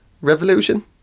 revolution